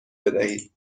بدهید